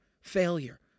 failure